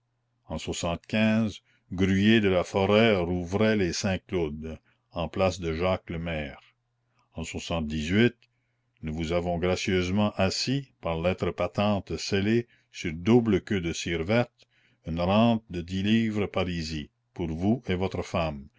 en gruyer de la forêt de rouvray lez saint cloud en place de jacques le maire en nous vous avons gracieusement assis par lettres patentes scellées sur double queue de cire verte une rente de dix livres parisis pour vous et votre femme